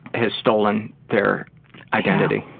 who's stolen their identity.